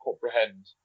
comprehend